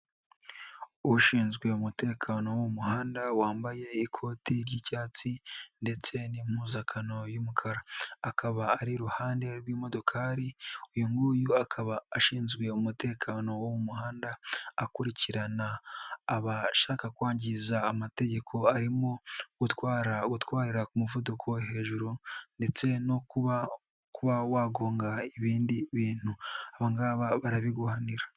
Ushinzwe umutekano wo mu muhanda wambaye ikoti ry'icyatsi, ndetse n'impuzankano y'umukara, akaba ari iruhande rw'imodokari, uyu nguyu akaba ashinzwe umutekano wo mu muhanda akurikirana abashaka kwangiza amategeko arimo gutwara, gutwarria ku muvuduko wo hejuru, ndetse no kuba wagonga ibindi bintu barabiguhanira.